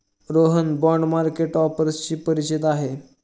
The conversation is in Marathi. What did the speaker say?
रोहन बाँड मार्केट ऑफर्सशी परिचित आहे